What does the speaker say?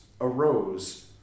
arose